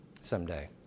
someday